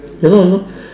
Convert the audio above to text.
hello hello